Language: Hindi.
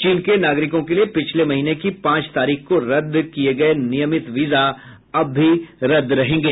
चीन के नागरिकों के लिए पिछले महीने की पांच तारीख को रद्द किये गये नियमित वीजा अब भी रद्द रहेंगे